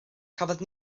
cafodd